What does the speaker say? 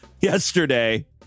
yesterday